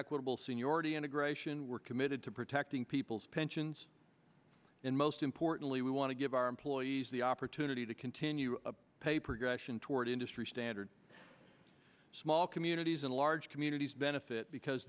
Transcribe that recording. equitable seniority integration we're committed to protecting people's pensions and most importantly we want to give our employees the opportunity to continue to pay progression toward industry standard small communities and large communities benefit because